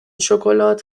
شکلات